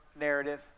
narrative